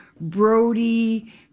Brody